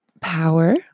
power